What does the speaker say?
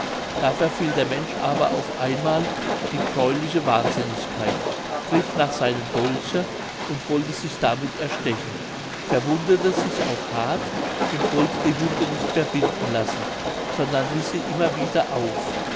da verfiel der mensch aber auf einmal in gräuliche wahnsinnigkeit griff nach seinem dolche und wollte sich damit erstechen verwundete sich auch hart und wollte die wunde nicht verbinden lassen sondern riß sie immer wieder auf